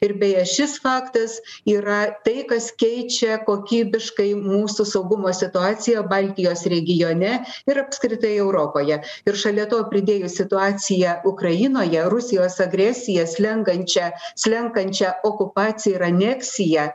ir beje šis faktas yra tai kas keičia kokybiškai mūsų saugumo situaciją baltijos regione ir apskritai europoje ir šalia to pridėjus situaciją ukrainoje rusijos agresiją slenkančią slenkančią okupaciją ir aneksiją